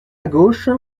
gauche